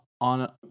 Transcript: on